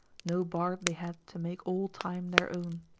no bard they had to make all time their own.